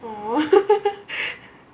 !wah!